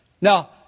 Now